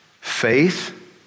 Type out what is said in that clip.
faith